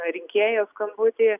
rinkėjo skambutį